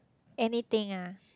anything ah